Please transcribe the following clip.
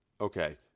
Okay